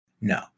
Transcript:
No